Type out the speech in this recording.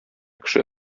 кеше